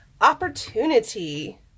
opportunity